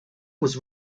was